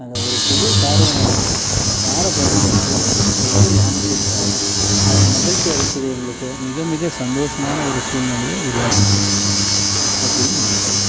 நாங்கள் ஒரு புது கார் வாங்கினோம் அந்த காரை பயன்படுத்தி ஒரு பெரிய லாங் ட்ரிப் போனோம் அது மகிழ்ச்சி அளிச்சது எங்களுக்கு மிக மிக சந்தோஷமான ஒரு சூழ்நிலையை உருவாக்கி கொடுத்துச்சி அப்படின் நாங்கள் சொல்கிறோம்